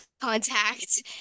contact